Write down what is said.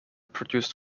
produced